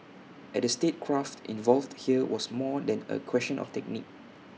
and the statecraft involved here was more than A question of technique